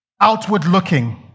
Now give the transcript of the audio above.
outward-looking